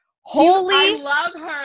Holy